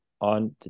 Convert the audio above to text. on